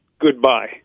goodbye